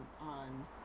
on